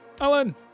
Alan